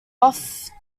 off